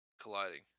colliding